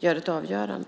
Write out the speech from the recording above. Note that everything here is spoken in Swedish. fäller ett avgörande.